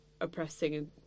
oppressing